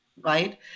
right